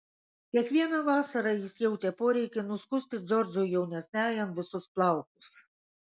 kiekvieną vasarą jis jautė poreikį nuskusti džordžui jaunesniajam visus plaukus